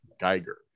Geiger